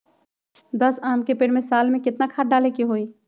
दस आम के पेड़ में साल में केतना खाद्य डाले के होई?